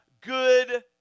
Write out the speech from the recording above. good